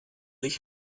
ich